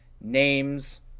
names